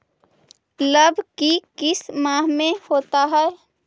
लव की किस माह में होता है?